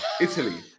Italy